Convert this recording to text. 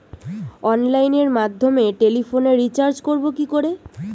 অনলাইনের মাধ্যমে টেলিফোনে রিচার্জ করব কি করে?